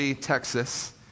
Texas